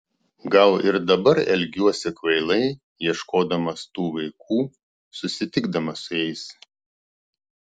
gal ir dabar elgiuosi kvailai ieškodamas tų vaikų susitikdamas su jais